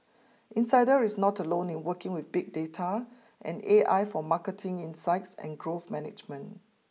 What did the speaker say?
insider is not alone in working with big data and A I for marketing insights and growth management